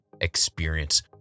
experience